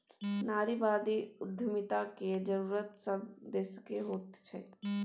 नारीवादी उद्यमिता केर जरूरत सभ देशकेँ होइत छै